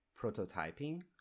prototyping